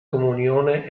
comunione